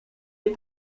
est